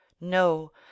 no